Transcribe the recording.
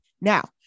Now